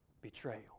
Betrayal